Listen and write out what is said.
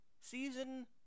season